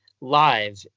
live